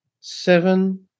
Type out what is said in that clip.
seven